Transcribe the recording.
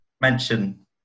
mention